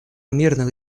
мирных